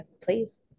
Please